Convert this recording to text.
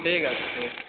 ঠিক আছে ঠিক